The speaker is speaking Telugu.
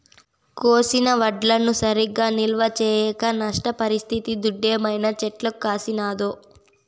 కోసిన వడ్లను సరిగా నిల్వ చేయక నష్టపరిస్తిది దుడ్డేమైనా చెట్లకు కాసినాదో